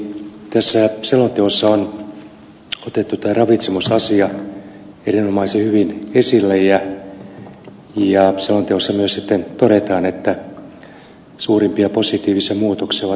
tässä selonteossa on otettu tämä ravitsemusasia erinomaisen hyvin esille ja selonteossa myös sitten todetaan että suurimpia positiivisia muutoksia ovat kasvisten hedelmien ja marjojen käytön lisääntyminen